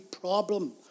problem